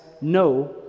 no